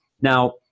Now